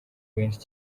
benshi